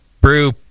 Brew